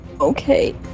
Okay